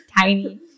tiny